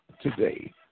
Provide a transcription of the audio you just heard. today